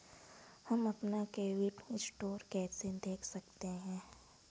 हम अपना credit score कैसे देख सकते हैं?